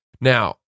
Now